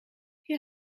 hier